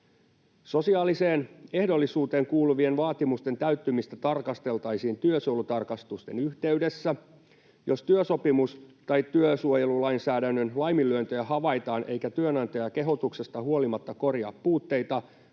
Sosiaaliseen ehdollisuuteen kuuluvien vaatimusten täyttymistä tarkasteltaisiin työsuojelutarkastusten yhteydessä. Jos työsopimus- tai työsuojelulainsäädännön laiminlyöntejä havaitaan eikä työnantaja kehotuksesta huolimatta korjaa puutteita